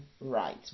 right